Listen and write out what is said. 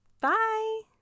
Bye